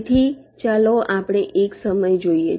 તેથી ચાલો આપણે એક સમય જોઈએ